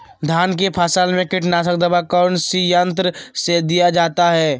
धान की फसल में कीटनाशक दवा कौन सी यंत्र से दिया जाता है?